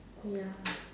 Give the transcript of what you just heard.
ya